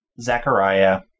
Zachariah